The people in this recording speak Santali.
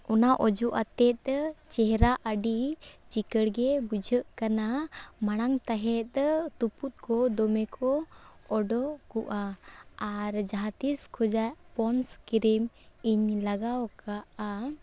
ᱚᱱᱟ ᱚᱡᱚᱜ ᱟᱛᱮ ᱪᱮᱦᱨᱟ ᱟᱹᱰᱤ ᱪᱤᱠᱟᱹᱲ ᱜᱮ ᱵᱩᱡᱷᱟᱹᱜ ᱠᱟᱱᱟ ᱢᱟᱲᱟᱝ ᱛᱟᱦᱮᱸᱫ ᱛᱩᱯᱩᱫ ᱠᱚ ᱫᱚᱢᱮ ᱠᱚ ᱚᱰᱳᱠᱚᱜᱼᱟ ᱟᱨ ᱡᱟᱦᱟᱸ ᱛᱤᱥ ᱠᱷᱚᱡᱟᱜ ᱯᱚᱱᱰᱥ ᱠᱨᱤᱢ ᱤᱧ ᱞᱟᱜᱟᱣ ᱠᱟᱜᱼᱟ